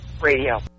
radio